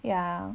ya